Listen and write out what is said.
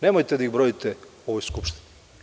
Nemojte da ih brojite u ovoj Skupštini.